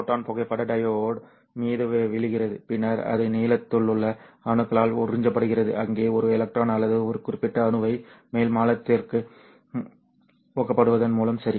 ஒரு ஃபோட்டான் புகைப்பட டையோடு மீது விழுகிறது பின்னர் அது நிலத்திலுள்ள அணுக்களால் உறிஞ்சப்படுகிறது அங்கே ஒரு எலக்ட்ரான் அல்லது ஒரு குறிப்பிட்ட அணுவை மேல் மாநிலத்திற்கு ஊக்குவிப்பதன் மூலம் சரி